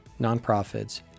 nonprofits